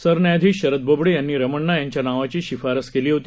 सरन्यायाधीश शरद बोबडे यांनी रमणा यांच्या नावाची शिफारस केली होती